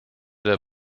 der